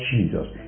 Jesus